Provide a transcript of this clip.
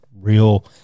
real